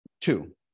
Two